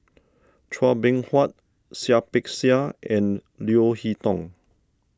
Chua Beng Huat Seah Peck Seah and Leo Hee Tong